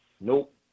nope